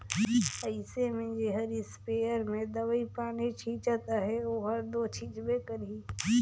अइसे में जेहर इस्पेयर में दवई पानी छींचत अहे ओहर दो छींचबे करही